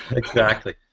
exactly.